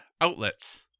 outlets